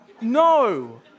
No